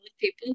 people